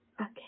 Okay